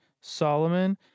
Solomon